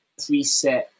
preset